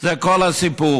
זה כל הסיפור.